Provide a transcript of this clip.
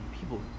people